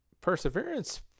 Perseverance